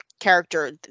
Character